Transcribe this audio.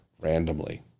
randomly